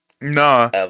Nah